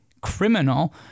criminal